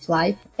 life